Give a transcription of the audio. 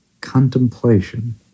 contemplation